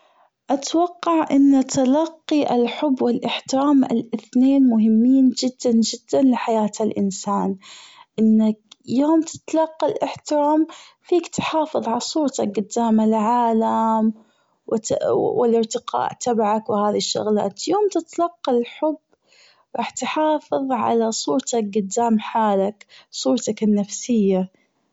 أتوقع أن تلقى الحب والأحترام الأثنين مهمين جدا جدا لحياة الأنسان أنك يوم تتلقى الأحترام فيك تحافظ على صورتك جدام العالم والأرتقاء تبعك وهذي الشغلات يوم تتلقى الحب راح تحافظ على صورتك جدام حالك صورتك النفسية.